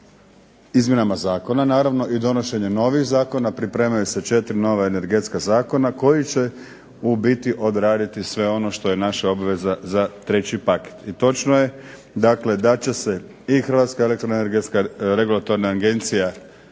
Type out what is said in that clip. izmjenama zakona i donošenje novih zakona. Pripremaju se 4 nova energetska zakona koji će u biti odraditi sve ono što je naša obveza za treći paket. I točno je dakle da će se i Hrvatska energetska regulatorna agencija